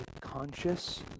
conscious